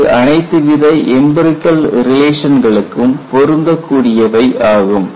இது அனைத்துவித எம்பிரிகல் ரிலேஷன்களுக்கும் பொருந்தக் கூடியவை ஆகும்